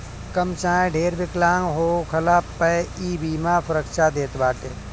कम चाहे ढेर विकलांग होखला पअ इ बीमा सुरक्षा देत बाटे